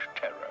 terror